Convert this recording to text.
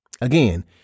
Again